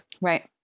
Right